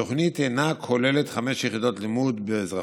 התוכנית אינה כוללת חמש יחידות לימוד באזרחות,